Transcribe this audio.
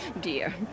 dear